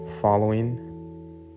following